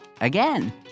again